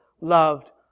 loved